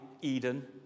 Eden